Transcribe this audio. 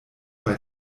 bei